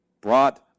brought